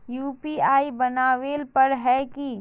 UPI बनावेल पर है की?